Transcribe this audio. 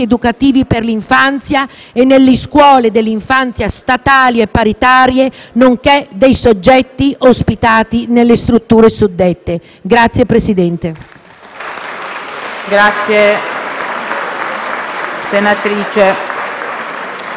educativi per l'infanzia e nelle scuole dell'infanzia statali e paritarie, nonché dei soggetti ospitati nelle strutture suddette. *(Applausi